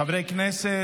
חברי הכנסת,